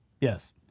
Yes